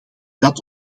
dat